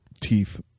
teeth